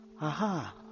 Aha